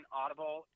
audible